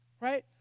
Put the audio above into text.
Right